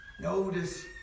Notice